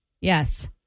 Yes